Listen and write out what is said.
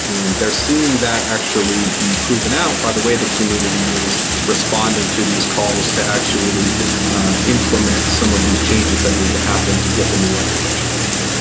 and they're seeing that actually be proven out by the way the community is responding to these calls to actually implement some of these changes that need to happen to get the new architecture going